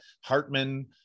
Hartman